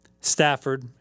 Stafford